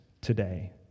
today